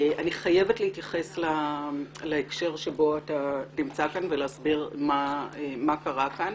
אני חייבת להתייחס להקשר שבו אתה נמצא כאן ולהסביר מה קרה כאן.